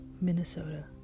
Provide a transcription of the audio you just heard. Minnesota